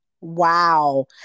Wow